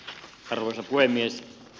arvoisa puhemies